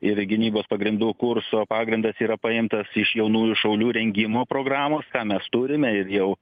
ir gynybos pagrindų kursų pagrindas yra paimtas iš jaunųjų šaulių rengimo programos ką mes turime ir jau